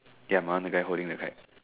ya my one the guy holding the kite